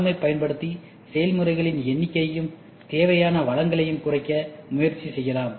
M ஐப் பயன்படுத்தி செயல்முறைகளின் எண்ணிக்கையையும் தேவையான வளங்களையும் குறைக்க முயற்சி செய்யலாம்